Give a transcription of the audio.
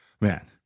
man